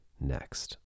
next